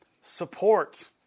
support